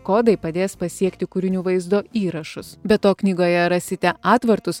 kodai padės pasiekti kūrinių vaizdo įrašus be to knygoje rasite atvartus